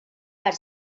per